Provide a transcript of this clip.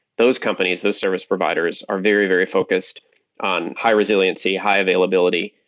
those companies, those service providers are very, very focused on high-resiliency, high availability,